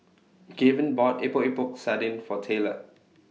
Gaven bought Epok Epok Sardin For Taylor